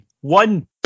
One